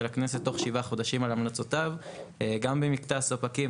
הכנסת תוך שבעה חודשים על המלצותיו גם במקטע ספקים,